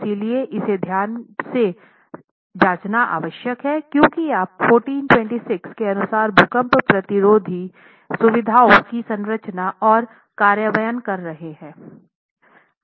इसलिए इसे ध्यान से जांचना आवश्यक है क्योंकि आप 4326 के अनुसार भूकंप प्रतिरोधी सुविधाओं की संरचना और कार्यान्वयन कर रहे हैं